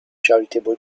charitable